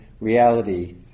reality